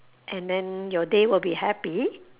and then your day will be happy